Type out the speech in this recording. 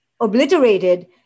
obliterated